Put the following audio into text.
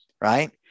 right